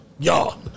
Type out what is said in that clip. Y'all